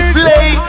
play